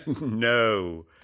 no